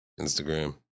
Instagram